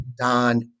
don